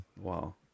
Wow